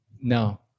no